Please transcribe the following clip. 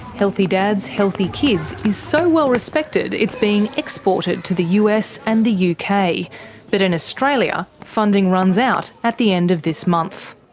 healthy dads, healthy kids is so well respected it's being exported to the us and the yeah uk, but in australia, funding runs out at the end of this month.